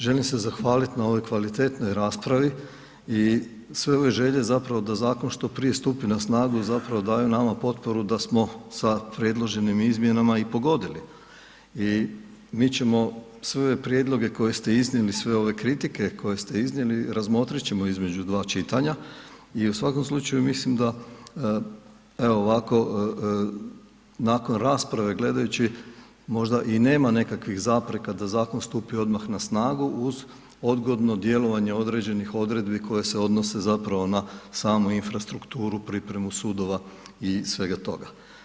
Želim se zahvaliti na ovoj kvalitetnoj raspravi i sve ove želje zapravo da zakon što prije na snagu zapravo daje nama potporu da smo sa predloženim izmjenama i pogodili i mi ćemo sve ove prijedloge koje ste iznijeli, sve ove kritike koje ste iznijeli, razmotrit ćemo između dva čitanja i u svakom slučaju mislim da evo ovako, nakon rasprave gledajući možda i nema nekakvih zapreka da zakon stupi odmah na snagu uz odgodno djelovanje određenih odredbi koje se odnose zapravo na samu infrastrukturu, pripremu sudova i svega toga.